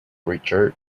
richard